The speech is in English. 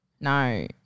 No